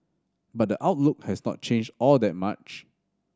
but the outlook has not changed all that much